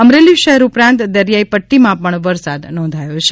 અમરેલી શહેર ઉપરાંત દરિયાઇ પદ્ટીમાં વરસાદ નોંધાયો છે